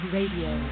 Radio